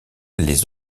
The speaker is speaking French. les